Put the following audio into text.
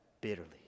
bitterly